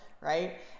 right